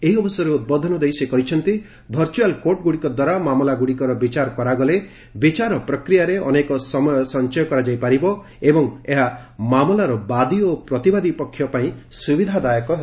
ଏହି ଅବସରରେ ଉଦ୍ବୋଧନ ଦେଇ ସେ କହିଛନ୍ତି ଭର୍ଚୁଆଲ୍ କୋର୍ଟଗୁଡ଼ିକଦ୍ୱାରା ମାମଲାଗୁଡ଼ିକର ବିଚାର କରାଗଲେ ବିଚାର ପ୍ରକ୍ରିୟାରେ ଅନେକ ସମୟ ସଞ୍ଚୟ କରାଯାଇପାରିବ ଓ ଏହା ମାମଲାର ବାଦୀ ଓ ପ୍ରତିବାଦୀ ପକ୍ଷ ପାଇଁ ସ୍ରବିଧା ହେବ